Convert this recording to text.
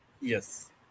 Yes